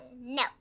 No